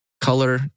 Color